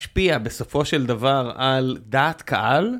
השפיע בסופו של דבר על דעת קהל?